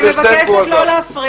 יש נציג.